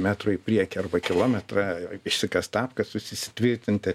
metrų į priekį arba kilometrą išsikast apkasus įsitvirtinti